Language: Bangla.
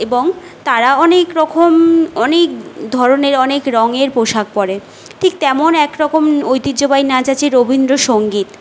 এবং তারা অনেকরকম অনেক ধরনের অনেক রঙের পোশাক পরে ঠিক তেমন একরকম ঐতিহ্যবাহী নাচ আছে রবীন্দ্রসঙ্গীত